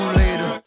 later